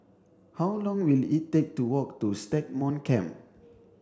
how long will it take to walk to Stagmont Camp